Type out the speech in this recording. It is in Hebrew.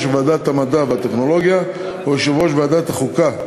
ועדת המדע והטכנולוגיה או יושב-ראש ועדת החוקה,